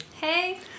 Hey